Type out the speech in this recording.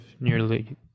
nearly